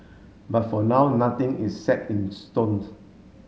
but for now nothing is set in stones